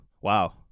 wow